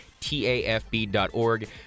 tafb.org